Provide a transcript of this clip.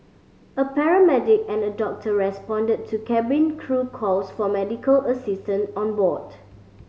a paramedic and a doctor responded to cabin crew calls for medical assistance on board